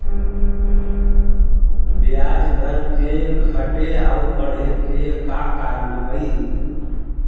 ब्याज दर के घटे आउ बढ़े के का कारण हई?